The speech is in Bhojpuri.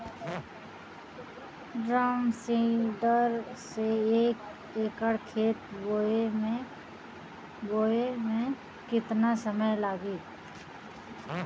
ड्रम सीडर से एक एकड़ खेत बोयले मै कितना समय लागी?